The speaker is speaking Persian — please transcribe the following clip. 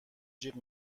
جیغ